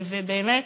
ובאמת,